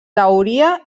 teoria